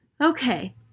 Okay